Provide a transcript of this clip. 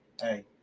Hey